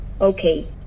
okay